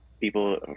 People